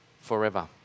forever